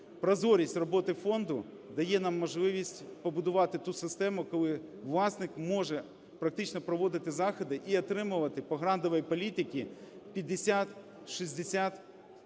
Прозорість роботи фонду дає нам можливість побудувати ту систему, коли власник може практично проводити заходи і отримувати по грантовій політиці 50, 60,